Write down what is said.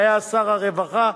שהיה שר הרווחה,